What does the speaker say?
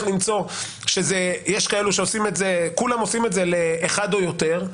כולם עושים את זה לאחד או יותר,